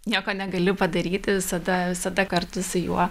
nieko negali padaryti visada visada kartu su juo